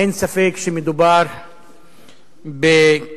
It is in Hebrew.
אין ספק שמדובר בכנסת